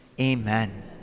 amen